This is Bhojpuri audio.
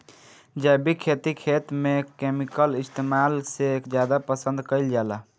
जैविक खेती खेत में केमिकल इस्तेमाल से ज्यादा पसंद कईल जाला